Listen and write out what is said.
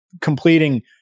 completing